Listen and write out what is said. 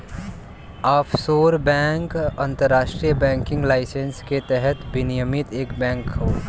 offshore bank अंतरराष्ट्रीय banking licence के तहत विनियमित एक बैंक हौ